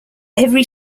every